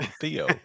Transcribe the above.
theo